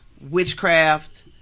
witchcraft